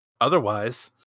Otherwise